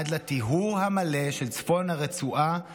עד לטיהור המלא של צפון הרצועה מטרור.